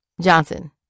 Johnson